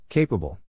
Capable